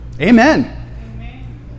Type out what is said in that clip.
Amen